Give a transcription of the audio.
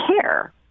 care